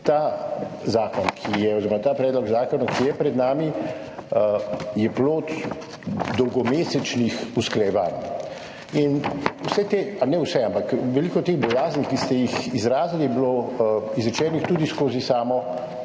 zakona, ki je pred nami, plod dolgomesečnih usklajevanj. Veliko teh bojazni, ki ste jih izrazili, je bilo izrečenih tudi skozi samo